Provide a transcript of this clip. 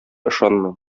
ышанмый